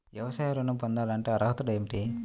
వ్యవసాయ ఋణం పొందాలంటే అర్హతలు ఏమిటి?